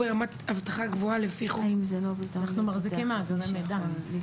אנחנו מחזיקים מאגרי מידע.